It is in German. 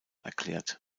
erklärt